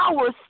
hours